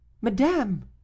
Madame